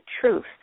truth